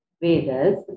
Vedas